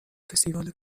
فستیوال